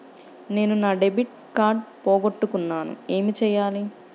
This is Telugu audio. నేను నా డెబిట్ కార్డ్ పోగొట్టుకున్నాను ఏమి చేయాలి?